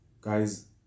Guys